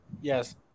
Yes